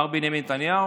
מר בנימין נתניהו.